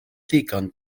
ddigon